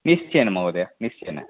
निश्चयेन महोदय निश्चयेन